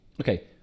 okay